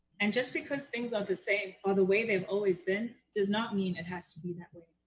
and just because things are the same or the way they've always been does not mean it has to be that way.